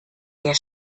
der